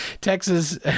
Texas